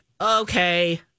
okay